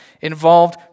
involved